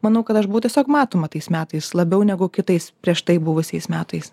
manau kad aš buvau tiesiog matoma tais metais labiau negu kitais prieš tai buvusiais metais